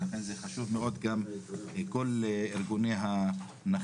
ולכן זה חשוב מאוד גם לכל ארגוני הנכים,